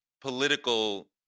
political